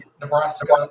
Nebraska